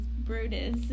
Brutus